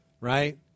right